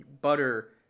butter